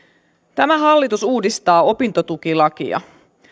tämä hallitus uudistaa opintotukilakia